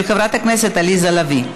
של חברת הכנסת עליזה לביא.